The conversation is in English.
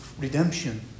redemption